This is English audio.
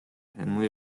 henley